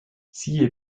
siehe